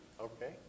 Okay